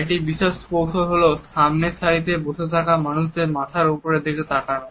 একটি বিশেষ কৌশল হলো সামনের সারিতে বসে থাকা মানুষদের মাথার ওপরের দিকে তাকানো